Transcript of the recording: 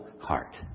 heart